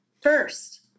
first